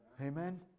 Amen